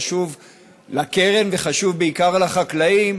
חשוב לקרן וחשוב בעיקר לחקלאים,